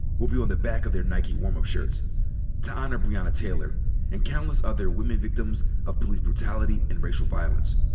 will be on the back of their nike warm-up shirts to honor breonna taylor and countless other women victims of police brutality and racial violence.